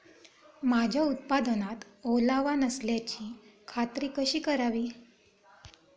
माझ्या उत्पादनात ओलावा नसल्याची खात्री कशी करावी?